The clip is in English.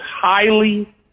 highly